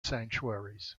sanctuaries